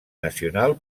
nacional